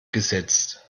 gesetzt